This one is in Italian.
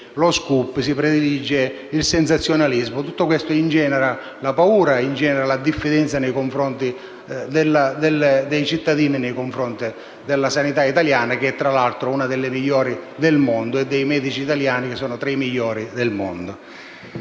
lo *scoop* ed il sensazionalismo. Tutto questo ingenera la paura e la diffidenza dei cittadini nei confronti della sanità italiana, che tra l'altro è una delle migliori al mondo, e dei medici italiani, che pure sono fra i migliori al mondo.